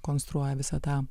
konstruoja visą tą